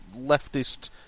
leftist